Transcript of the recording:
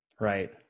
Right